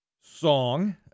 song